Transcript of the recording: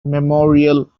memorial